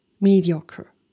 mediocre